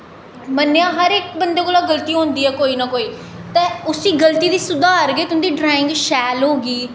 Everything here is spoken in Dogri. मन्नेआ हर इक बंदे कोला गल्ती होंदी ऐ कोई ना कोई ते उस्सी गलती गी सुधार गे ते तुं'दी ड्राईंग शैल होगी